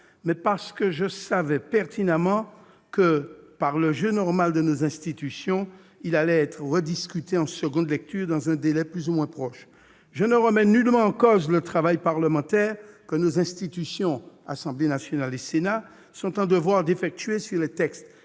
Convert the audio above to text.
mais parce que je savais pertinemment que, par le jeu normal de nos institutions, il serait rediscuté en seconde lecture dans un délai plus ou moins proche. Je ne remets nullement en cause le travail parlementaire que nos institutions - Assemblée nationale et Sénat - sont en devoir d'effectuer sur les textes.